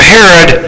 Herod